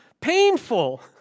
painful